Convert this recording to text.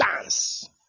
dance